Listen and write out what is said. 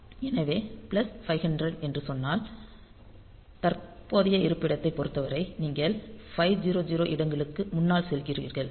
எனவே பிளஸ் 500 என்று சொன்னால் தற்போதைய இருப்பிடத்தைப் பொறுத்தவரை நீங்கள் 500 இடங்களுக்கு முன்னால் செல்கிறீர்கள்